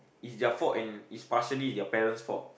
is their fault and it's partially their parents' fault